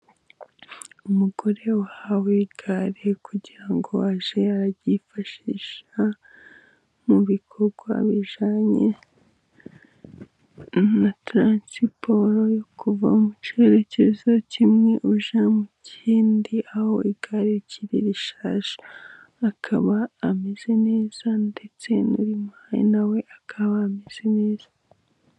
Umugore wahawe igare kugira ngo ajye aryifashisha mu bikorwa bijyanye na taransiporo yo kuva mu cyerekezo kimwe ujya mu kindi, aho igare rikiri rishyashya akaba ameze neza, ndetse n'urimuhaye nawe akaba ameze neza.